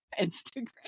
instagram